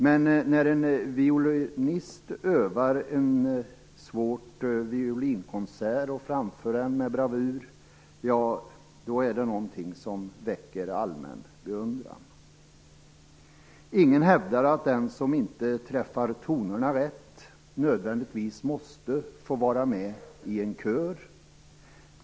Men när en violinist övar en svår violinkonsert och framför den med bravur är det någonting som väcker allmän beundran. Ingen hävdar att den som inte träffar tonerna rätt nödvändigtvis måste få vara med i en kör.